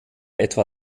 etwa